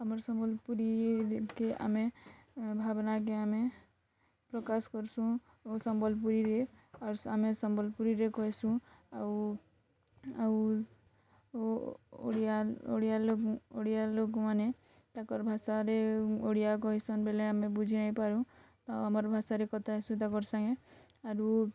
ଆମର୍ ସମ୍ୱଲପୁରୀ ଯେତ୍କେ ଆମେ ଭାବନାକେ ଆମେ ପ୍ରକାଶ୍ କର୍ସୁଁ ଓ ସମ୍ୱଲ୍ପୁରୀରେ ଆମେ ସମ୍ବଲପୁରୀରେ କହେସୁଁ ଆଉ ଆଉ ଓଡ଼ିଆର୍ ଲୋକ୍ ଓଡ଼ିଆର୍ ଲୋକ୍ମାନେ ତାଙ୍କର୍ ଭାଷାରେ ଓଡ଼ିଆ କହେସନ୍ ବୋଲେ ଆମେ ବୁଝି ନାଇଁପାରୁ ଆଉ ଆମର୍ ଭାଷାରେ କଥା ହେସୁ ତାକର୍ ସାଙ୍ଗେ